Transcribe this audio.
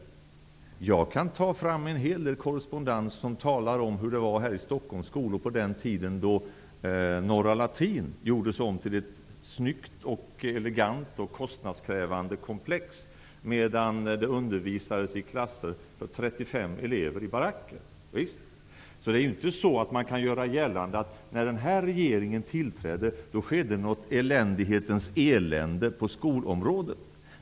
Jag kan ta fram en hel del korrespondens som talar om hur det var i Stockholms skolor på den tiden då Norra latin gjordes om till ett snyggt, elegant och kostnadskrävande komplex medan det undervisades klasser med 35 elever i baracker. Man kan alltså inte göra gällande att när den här regeringen tillträdde, då blev det ett eländighetens elände på skolområdet.